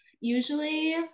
Usually